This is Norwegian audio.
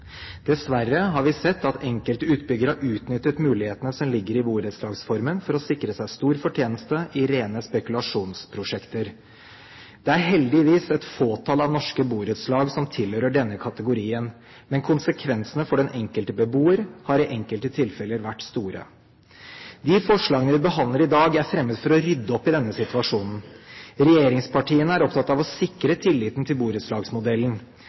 Dessverre har vi sett at enkelte utbyggere har utnyttet mulighetene som ligger i borettslagsformen, for å sikre seg stor fortjeneste i rene spekulasjonsprosjekter. Det er heldigvis et fåtall av norske borettslag som tilhører denne kategorien. Men konsekvensene for den enkelte beboer har i enkelte tilfeller vært store. De forslagene vi behandler i dag, er fremmet for å rydde opp i denne situasjonen. Regjeringspartiene er opptatt av å sikre tilliten til borettslagsmodellen.